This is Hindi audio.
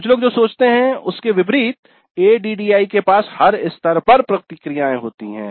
कुछ लोग जो सोचते हैं उसके विपरीत एडीडीआई के पास हर स्तर पर प्रतिक्रियाएँ होती हैं